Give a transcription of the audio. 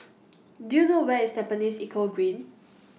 Do YOU know Where IS Tampines Eco Green